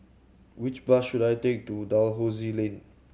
which bus should I take to Dalhousie Lane